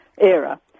Era